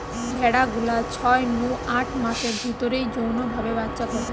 ভেড়া গুলা ছয় নু আট মাসের ভিতরেই যৌন ভাবে বাচ্চা করে